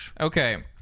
Okay